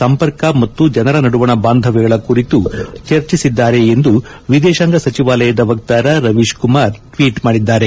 ಸಂಪರ್ಕ ಮತ್ತು ಜನರ ನಡುವಣ ಬಾಂಧವ್ದಗಳ ಕುರಿತು ಚರ್ಚಿಸಿದ್ದಾರೆ ಎಂದು ವಿದೇಶಾಂಗ ಸಚಿವಾಲಯದ ವಕ್ತಾರ ರವೀಶ್ ಕುಮಾರ್ ಟ್ನೀಟ್ ಮಾಡಿದ್ದಾರೆ